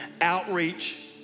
outreach